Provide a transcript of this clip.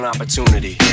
Opportunity